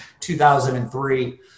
2003